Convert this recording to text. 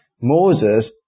Moses